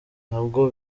ntabwo